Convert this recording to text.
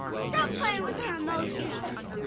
stop playing with her emotions.